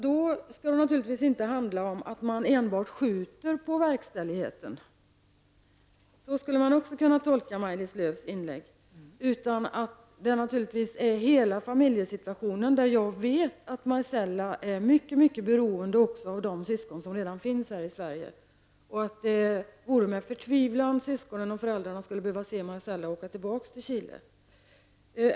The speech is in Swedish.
Då skall det naturligtvis inte enbart handla om att man skjuter på verkställigheten. Så skulle man nämligen också kunna tolka Maj-Lis Det är naturligtvis hela familjesituationen som skall tas i beaktande. Jag vet att Marcella är mycket beroende av de syskon som redan finns här i Sverige och att det vore med förtvivlan som syskonen och föräldrarna skulle behöva se Marcella åka tillbaka Chile.